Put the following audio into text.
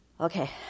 Okay